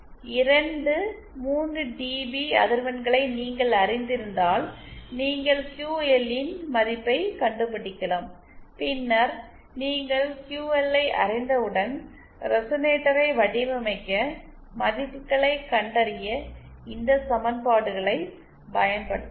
இரண்டு 3dB dB அதிர்வெண்களை நீங்கள் அறிந்திருந்தால் நீங்கள் QL இன் மதிப்பைக் கண்டுபிடிக்கலாம் பின்னர் நீங்கள் QL ஐ அறிந்தவுடன் ரெசனேட்டரை வடிவமைக்க மதிப்புகளைக் கண்டறிய இந்த சமன்பாடுகளைப் பயன்படுத்தலாம்